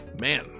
man